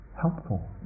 helpful